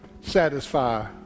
satisfy